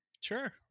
Sure